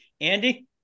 Andy